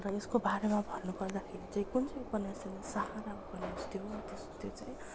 र यसको बारेमा भन्नु पर्दाखेरि चाहिँ कुन चाहिँ उपन्यास भन्दा सहारा उपन्यास थियो त्यो चाहिँ